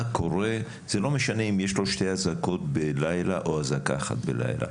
זה לא משנה אם יש לו שתי אזעקות בלילה או אזעקה אחת בלילה,